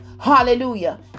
Hallelujah